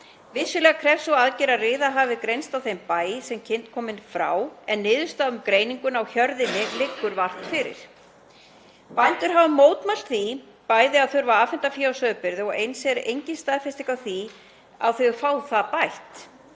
Vissulega krefst sú aðgerð að riða hafi greinst á þeim bæ sem kind er komin frá en niðurstaða um greininguna á hjörðinni liggur vart fyrir. Bændur hafa mótmælt því að þurfa að afhenda fé í sauðburði og eins er engin staðfesting á því að þeir fái það bætt.